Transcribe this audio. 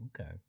okay